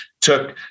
took